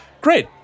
Great